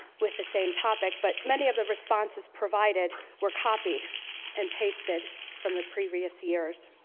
with the same topic, but many of the responses provided were copied and pasted from the previous years.